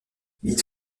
ils